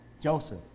Joseph